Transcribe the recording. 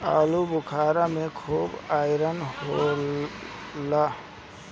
आलूबुखारा में आयरन खूब होखेला